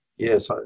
Yes